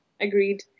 Agreed